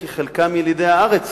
כי חלקם כבר ילידי הארץ.